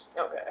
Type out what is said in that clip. Okay